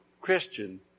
Christian